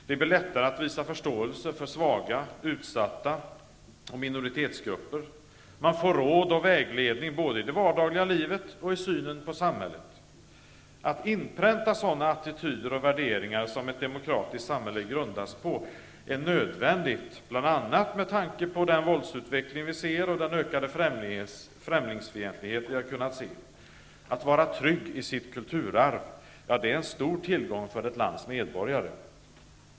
Det blir lättare att visa förståelse för svaga, utsatta och minoritetsgrupper. Man får råd och vägledning både i det vardagliga livet och i synen på samhället. Att inpränta sådana attityder och värderingar som ett demokratiskt samhälle grundas på är nödvändigt, bl.a. med tanke på den våldsutveckling och den ökade främlingsfientlighet vi kan se. Att vara trygg i sitt kulturarv är en stor tillgång för ett lands medborgare.